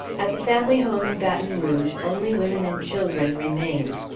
at the family home in baton rouge, only women and children remained.